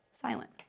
silent